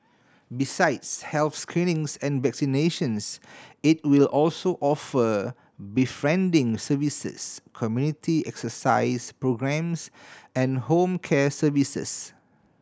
besides health screenings and vaccinations it will also offer befriending services community exercise programmes and home care services